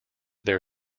their